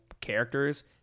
characters